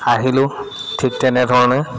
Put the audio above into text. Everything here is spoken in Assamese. আহিলোঁ ঠিক তেনেধৰণে